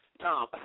Tom